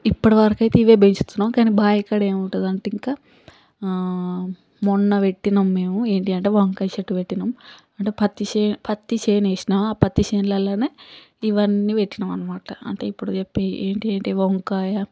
ఇప్పటివరకైతే ఇవే పెంచుతున్నాం కాని బావికాడ ఏముంటుంది అంటే ఇంకా మొన్న పెట్టినాం మేము ఏంటి అంటే వంకాయ చెట్టు పెట్టినాం అంటే పత్తి చే పత్తి చేను వేసినాం ఆ పత్తి చేనులల్లానే ఇవన్నీ పెట్టినాం అనమాట అంటే ఇప్పుడు చెప్పే ఏంటి అంటే వంకాయ